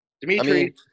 Dimitri –